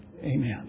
amen